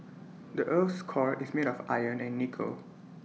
the Earth's core is made of iron and nickel